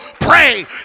pray